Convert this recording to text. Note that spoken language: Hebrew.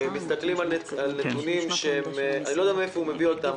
מסתכלים על נתונים אני לא יודע מאיפה הוא מביא אותם.